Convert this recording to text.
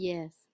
Yes